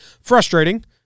frustrating